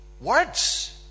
Words